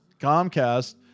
Comcast